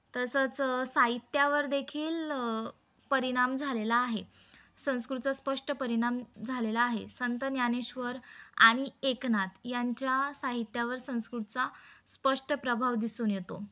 तसंच साहित्यावर देखील परिणाम झालेला आहे संस्कृतचा स्पष्ट परिणाम झालेला आहे संत ज्ञानेश्वर आणि एकनाथ यांच्या साहित्यावर संस्कृतचा स्पष्ट प्रभाव दिसून येतो